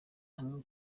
hamwe